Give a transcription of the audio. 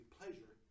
pleasure